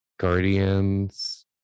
guardians